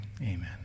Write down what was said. amen